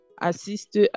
assiste